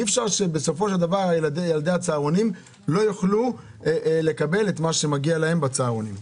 אי-אפשר שילדי הצהרונים לא יוכלו לקבל מה שמגיע להם בצהרונים.